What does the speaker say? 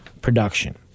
production